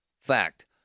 Fact